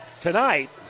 tonight